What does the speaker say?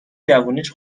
جوونیش